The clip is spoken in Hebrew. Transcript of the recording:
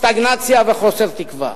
סטגנציה וחוסר תקווה.